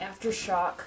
Aftershock